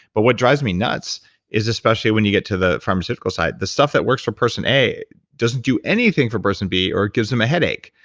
but what drives me nuts is especially when you get to the pharmaceutical side, the stuff that works for person a, doesn't do anything for person b, or it gives them a headache.